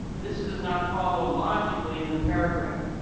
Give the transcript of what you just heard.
this does not follow logically in the paragraph.